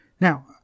Now